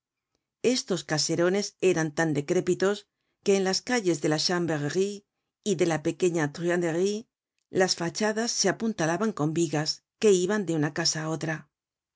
estos caserones eran tan decrépitos que en las calles de la chanverrerie y de la pequeña truanderie las fachadas se apuntalaban con vigas que iban de una casa á otra